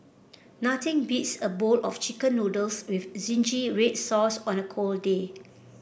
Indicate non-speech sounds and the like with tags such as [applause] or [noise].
nothing beats a bowl of chicken noodles with [unintelligible] red sauce on a cold day